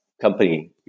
company